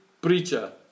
preacher